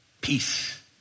peace